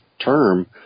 term